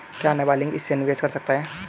क्या नाबालिग इसमें निवेश कर सकता है?